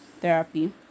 therapy